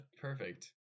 Perfect